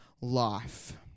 life